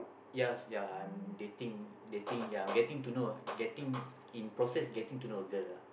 yes ya I'm dating dating ya I'm getting to know a getting in process getting to know a girl lah